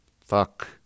Fuck